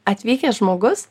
atvykęs žmogus